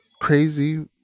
crazy